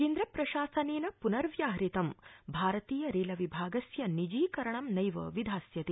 केन्द्रप्रशासनेन पुनर्व्याहतं भारतीय रेल विभागस्य निजीकरणं नैव विधास्यते